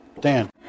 Dan